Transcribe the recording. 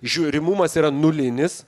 žiūrimumas yra nulinis